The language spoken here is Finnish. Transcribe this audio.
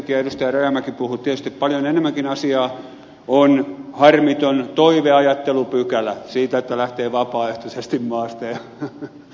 rajamäki puhui tietysti paljon enemmänkin asiaa on harmiton toiveajattelupykälä siitä että lähtee vapaaehtoisesti maasta ja